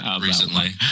recently